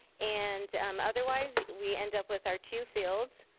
and um otherwise, we end up with our two fields.